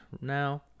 now